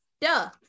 Duh